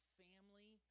family